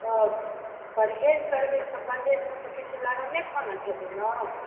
तऽ परहेज करबै तऽ परहेजमे तऽ किछो लरमे खाना खेबै ने